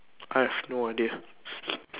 I have no idea